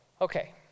Okay